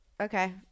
Okay